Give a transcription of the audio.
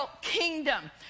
kingdom